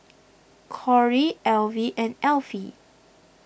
Corrie Alvie and Alfie